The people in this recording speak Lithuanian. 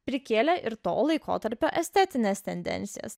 prikėlė ir to laikotarpio estetines tendencijas